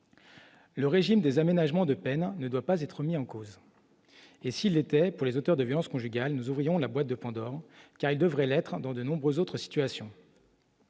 Le régime des aménagements de peine ne doit pas être remis en cause et s'il était, pour les auteurs de violences conjugales, nous ouvrions la boîte de Pandore car il devrait l'être dans de nombreux autres situations.